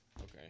Okay